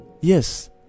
Yes